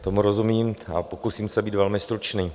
Tomu rozumím a pokusím se být velmi stručný.